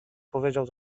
powiedział